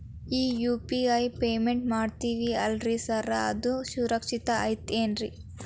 ಈ UPI payment ಮಾಡ್ತೇವಿ ಅಲ್ರಿ ಸಾರ್ ಅದು ಸುರಕ್ಷಿತ್ ಐತ್ ಏನ್ರಿ?